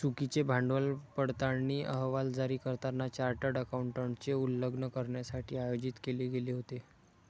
चुकीचे भांडवल पडताळणी अहवाल जारी करताना चार्टर्ड अकाउंटंटचे उल्लंघन करण्यासाठी आयोजित केले गेले होते